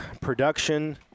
production